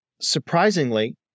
surprisingly